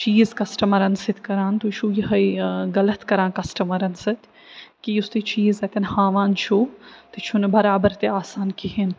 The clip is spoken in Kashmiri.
چیٖز کسٹمرن سۭتۍ کَران تُہۍ چھُو یِہوٚے غلط کَران کسٹمرن سۭتۍ کہِ یُس تُہۍ چیٖز اَتٮ۪ن ہاوان چھُو تُہۍ چھُو نہٕ برابر تہِ آسان کِہیٖنۍ